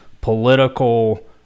political